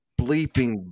bleeping